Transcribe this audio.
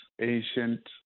ancient